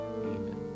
Amen